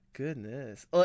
goodness